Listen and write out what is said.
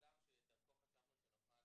סולם שדרכו חשבנו שכן נוכל